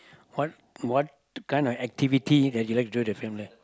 what what the kind of activity that you like to enjoy the family